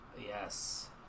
Yes